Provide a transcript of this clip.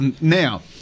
Now